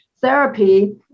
therapy